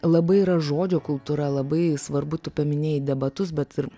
labai yra žodžio kultūra labai svarbu tu paminėjai debatus bet ir